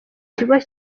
kigo